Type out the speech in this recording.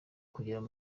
kugera